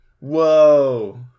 Whoa